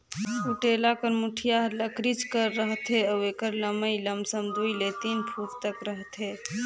कुटेला कर मुठिया हर लकरिच कर रहथे अउ एकर लम्मई लमसम दुई ले तीन फुट तक रहथे